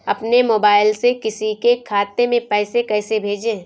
अपने मोबाइल से किसी के खाते में पैसे कैसे भेजें?